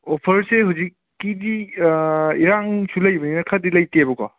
ꯑꯣꯐꯔꯁꯦ ꯍꯧꯖꯤꯛꯀꯤꯗꯤ ꯏꯔꯥꯡꯁꯨ ꯂꯩꯕꯅꯤꯅ ꯈꯔꯗꯤ ꯂꯩꯇꯦꯕꯀꯣ